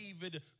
David